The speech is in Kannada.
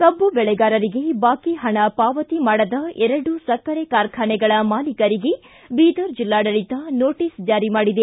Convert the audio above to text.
ಕಬ್ಬು ಬೆಳೆಗಾರರಿಗೆ ಬಾಕಿ ಹಣ ಪಾವತಿ ಮಾಡದ ಎರಡು ಸಕ್ಕರೆ ಕಾರ್ಖಾನೆಗಳ ಮಾಲೀಕರಿಗೆ ಬೀದರ್ ಜಿಲ್ಲಾಡಳಿತ ನೋಟಿಸ್ ಜಾರಿ ಮಾಡಿದೆ